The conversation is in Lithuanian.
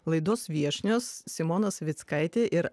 laidos viešnios simona savickaitė ir